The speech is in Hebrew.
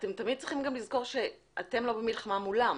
אתם תמיד צריכים לזכור שאתם לא במלחמה מולם.